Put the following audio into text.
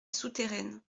souterraine